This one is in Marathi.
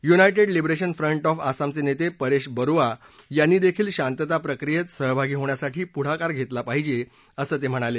युनायटेड लिबरेशन फ्रंट ऑफ आसामचे नेते परेश बरुआ यांनी देखील शांतता प्रक्रियेत सहभागी होण्यासाठी पुढाकार घेतला पाहिजे असं ते म्हणाले